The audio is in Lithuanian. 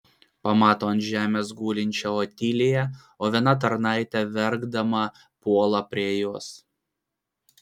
pamato ant žemės gulinčią otiliją o viena tarnaitė verkdama puola prie jos